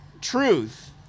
truth